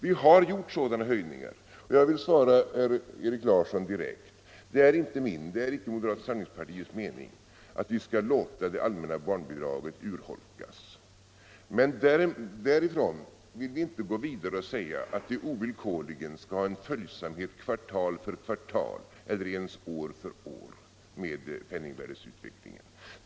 Nu har vi gjort sådana höjningar, och jag vill direkt svara herr Larsson i Öskevik att det inte är min eller moderata samlingspartiets mening att låta det allmänna barnbidraget urholkas. Men därifrån vill vi inte gå vidare och säga att det ovillkorligen skall ha en följsamhet kvartal Nr 40 för kvartal eller ens år för år med penningvärdeutvecklingen.